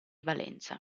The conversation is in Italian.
valenza